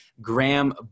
Graham